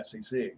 SEC